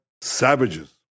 savages